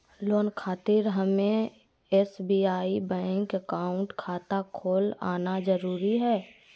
Loan खातिर हमें SBI bank account खाता खोल आना जरूरी है?